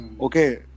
Okay